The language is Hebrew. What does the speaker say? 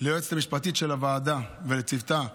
ליועצת המשפטית של הוועדה ולצוותה,